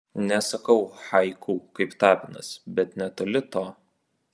nesakau haiku kaip tapinas bet netoli to